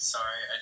Sorry